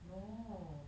no